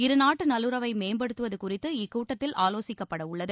இரு நாட்டு நல்லுறவை மேம்படுத்துவது குறித்து இக்கூட்டத்தில் ஆலோசிக்கப்படவுள்ளது